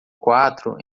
quatro